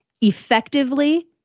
effectively